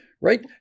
right